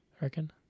reckon